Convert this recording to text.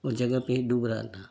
वो जगह पर डूब रहा था